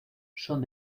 son